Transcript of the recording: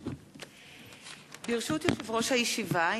ברשות יושב-ראש הישיבה,